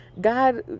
God